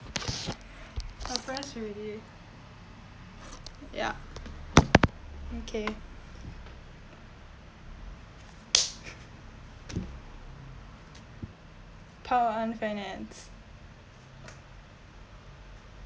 I pressed already ya okay part one finance